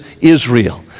Israel